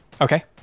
Okay